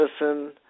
medicine